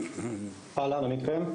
אהלן, אני אתכם.